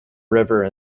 river